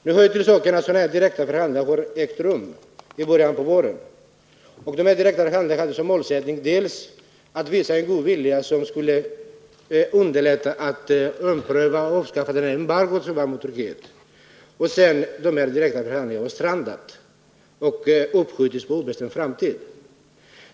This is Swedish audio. Nu hör det till saken att sådana här direkta förhandlingar ägde rum i början av våren, och de hade bl.a. som målsättning att visa en god vilja för att underlätta en omprövning och ett avskaffande av embargot mot Turkiet. Sedan har dessa direkta förhandlingar strandat och uppskjutits på obestämd tid.